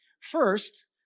First